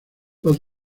los